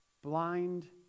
Blind